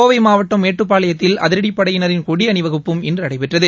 கோவை மாவட்டம் மேட்டுப்பாளையத்தில் அதிரடிப்படையினரின் கொடி அணிவகுப்பும் இன்று நடைபெற்றது